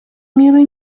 мира